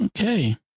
Okay